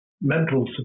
mental